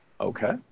Okay